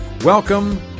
Welcome